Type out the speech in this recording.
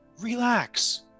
relax